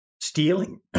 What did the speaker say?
stealing